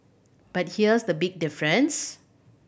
but here's the big difference